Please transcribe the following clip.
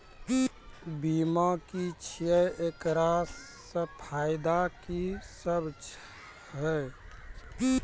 बीमा की छियै? एकरऽ फायदा की सब छै?